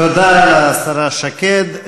תודה לשרה שקד.